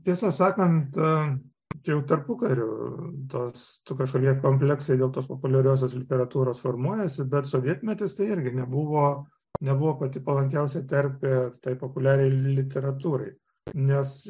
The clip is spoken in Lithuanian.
tiesą sakant čia jau tarpukariu toks kažkokie kompleksai dėl tos populiariosios literatūros formuojasi bet sovietmetis tai irgi nebuvo nebuvo pati palankiausia terpė tai populiariajai literatūrai nes